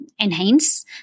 enhance